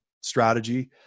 Strategy